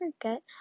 forget